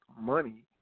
money